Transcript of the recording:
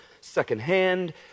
secondhand